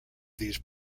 these